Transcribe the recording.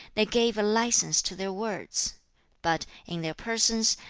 they gave a license to their words but, in their persons,